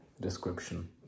description